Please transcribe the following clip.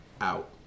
out